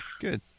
good